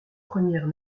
premières